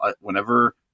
whenever